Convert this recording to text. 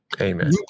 Amen